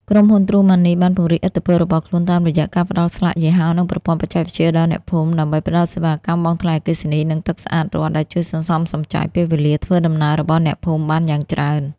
ក្រុមហ៊ុន ទ្រូម៉ាន់នី បានពង្រីកឥទ្ធិពលរបស់ខ្លួនតាមរយៈការផ្ដល់ស្លាកយីហោ និងប្រព័ន្ធបច្ចេកវិទ្យាដល់អ្នកភូមិ ដើម្បីផ្ដល់សេវាកម្មបង់ថ្លៃអគ្គិសនី និងទឹកស្អាតរដ្ឋ ដែលជួយសន្សំសំចៃពេលវេលាធ្វើដំណើររបស់អ្នកភូមិបានយ៉ាងច្រើន។